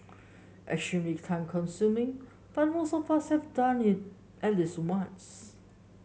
extremely time consuming but most of us have done it at least once